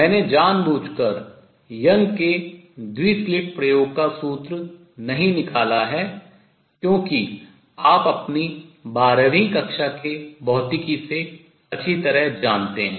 मैंने जानबूझकर यंग के द्वि स्लिट प्रयोग का सूत्र नहीं निकाला है क्योंकि आप अपनी बारहवीं कक्षा के भौतिकी से अच्छी तरह जानते हैं